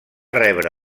rebre